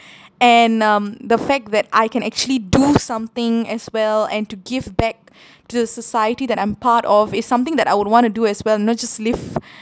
and um the fact that I can actually do something as well and to give back to the society that I'm part of is something that I would want to do as well not just live